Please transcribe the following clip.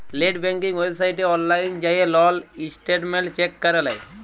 late banking ওয়েবসাইটে অললাইল যাঁয়ে লল ইসট্যাটমেল্ট চ্যাক ক্যরে লেই